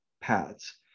paths